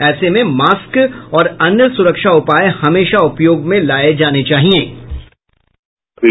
ऐसे में मास्क और अन्य सुरक्षा उपाय हमेशा उपयोग में लाये जाने चाहिये